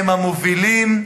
הם המובילים,